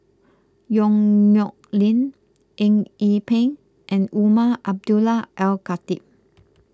Yong Nyuk Lin Eng Yee Peng and Umar Abdullah Al Khatib